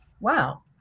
Wow